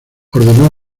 ordenó